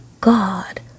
God